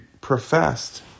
professed